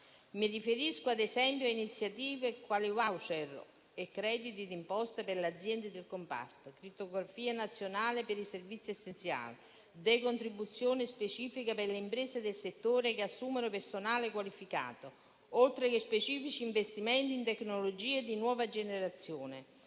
Mi riferisco, ad esempio, a iniziative quali *voucher* e crediti d'imposta per le aziende del comparto, crittografia nazionale per i servizi essenziali e decontribuzione specifica per le imprese del settore che assumono personale qualificato, oltre a specifici investimenti in tecnologie di nuova generazione